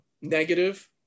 negative